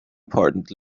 important